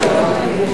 ועם